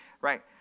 Right